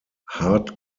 hard